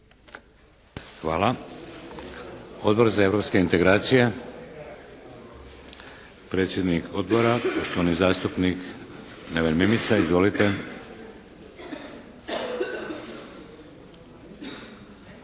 Hvala. Odbor za europske integracije? Predsjednik Odbora, poštovani zastupnik Neven Mimica. Izvolite!